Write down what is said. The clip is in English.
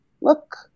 look